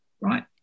Right